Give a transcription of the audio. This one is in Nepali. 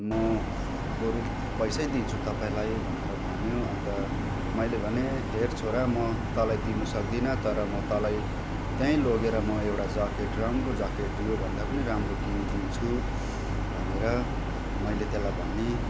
म बरू पैसै दिन्छु तपाईँलाई भनेर भन्यो अन्त मैले भने हेर छोरा म तँलाई दिनु सक्दिनँ तर म तँलाई त्यहीँ लगेर म एउटा ज्याकेट राम्रो ज्याकेट योभन्दा पनि राम्रो किनिदिन्छु भनेर मैले त्यसलाई भनेँ